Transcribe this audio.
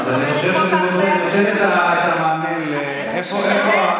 אז אני חושב שזה נותן את המענה לאיפה הגבולות שלנו.